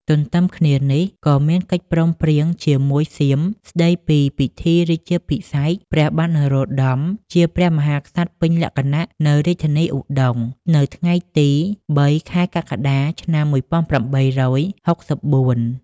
ទន្ទឹមគ្នានេះ ក៏មានកិច្ចព្រមព្រៀងជាមួយសៀមស្តីពីពិធីរាជាភិសេកព្រះបាទនរោត្តមជាព្រះមហាក្សត្រពេញលក្ខណៈនៅរាជធានីឧដុង្គ នៅថ្ងៃទី ៣ ខែកក្កដា ឆ្នាំ ១៨៦៤។